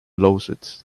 lawsuits